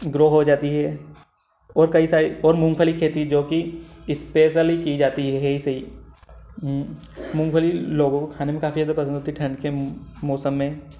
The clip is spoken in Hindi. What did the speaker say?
ग्रो हो जाती है और कई सा और मूंगफली खेती जो कि स्पेशली की जाती है ऐसे ही मूंगफली लोगों को खाने में काफी ज्यादा पसंद होती है ठंड के मौसम में